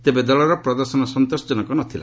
ତେବେ ଦଳର ପ୍ରଦର୍ଶନ ସନ୍ତୋଷ ଜନକ ନଥିଲା